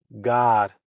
God